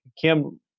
Kim